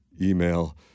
email